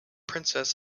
princess